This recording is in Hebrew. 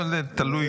לא, זה תלוי.